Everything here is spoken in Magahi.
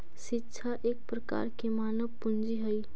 शिक्षा एक प्रकार के मानव पूंजी हइ